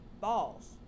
balls